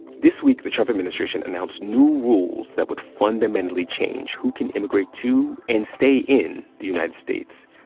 this week the trump administration announced new rules that would fundamentally change who can immigrate to and stay in the united states.